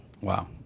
Wow